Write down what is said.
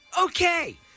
Okay